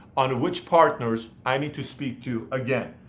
on which partners i need to speak to again.